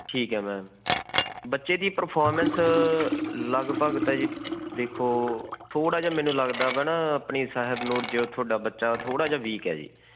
ਠੀਕ ਹੈ ਮੈਮ ਬੱਚੇ ਦੀ ਪ੍ਰਫੋਰਮੈਂਸ ਲਗਭਗ ਤਾਂ ਜੀ ਦੇਖੋ ਥੋੜ੍ਹਾ ਜਿਹਾ ਮੈਨੂੰ ਲੱਗਦਾ ਵਾ ਨਾ ਆਪਣੇ ਸਾਹਿਬਨੂਰ ਜੋ ਤੁਹਾਡਾ ਬੱਚਾ ਥੋੜ੍ਹਾ ਜਿਹਾ ਵੀਕ ਹੈ ਜੀ